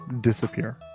disappear